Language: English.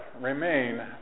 remain